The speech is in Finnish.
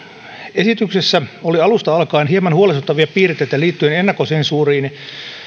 esityksessä oli alusta alkaen hieman huolestuttavia piirteitä liittyen ennakkosensuuriin